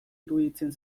iruditzen